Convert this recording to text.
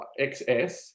XS